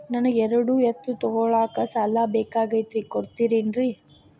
ನನಗ ಎರಡು ಎತ್ತು ತಗೋಳಾಕ್ ಸಾಲಾ ಬೇಕಾಗೈತ್ರಿ ಕೊಡ್ತಿರೇನ್ರಿ?